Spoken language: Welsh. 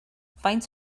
faint